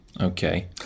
Okay